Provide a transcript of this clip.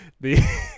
The-